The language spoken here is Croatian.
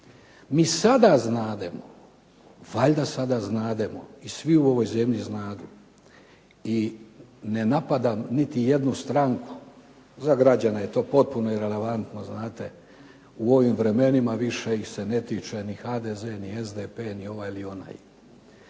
Mi sada znademo, valjda sada znademo i svi u ovoj zemlji znadu i ne napadam niti jednu stranku, za građane je to potpuno irelevantno znate. U ovim vremenima više ih se ne tiče ni HDZ, ni SDP, ni ovaj ili onaj.